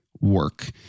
work